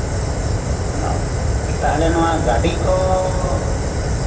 ᱟᱫᱚ ᱛᱟᱦᱞᱮ ᱱᱚᱶᱟ ᱜᱟᱹᱰᱤ ᱠᱚ